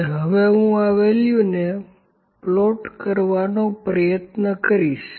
00 અને હવે હું આ વેલ્યુને પ્લોટ કરવાનો પ્રયત્ન કરીશ